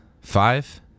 five